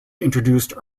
introduced